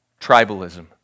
tribalism